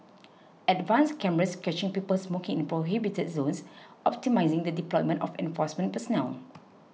advanced cameras catching people smoking in prohibited zones optimising the deployment of enforcement personnel